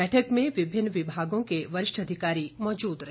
बैठक में विभिन्न विभागों के वरिष्ठ अधिकारी मौजूद रहे